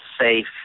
safe